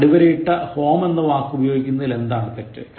ഇവിടെ അടിയരയിട്ട home എന്ന വാക്ക് ഉപയോഗിക്കുന്നതിൽ എന്താണ് തെറ്റ്